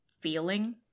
feeling